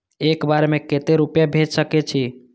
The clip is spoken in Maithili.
एक बार में केते रूपया भेज सके छी?